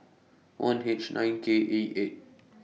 one H nine K A eight